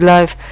Life